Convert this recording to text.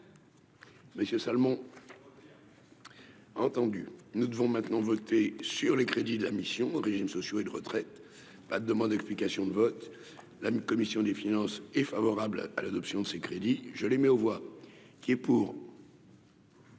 Monsieur Salmon. Entendu, nous devons maintenant voter sur les crédits de la mission régimes sociaux et de retraite, la demande d'explication de vote, la commission des finances, est favorable à l'adoption de ces crédits, je les mets aux voix qui est pour.